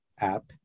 app